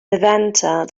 levanter